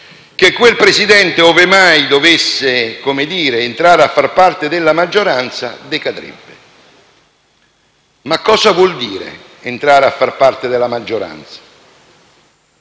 mai quel Presidente dovesse entrare a far parte della maggioranza, decadrebbe. Ma cosa vuol dire entrare a far parte della maggioranza?